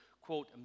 quote